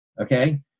okay